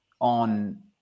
on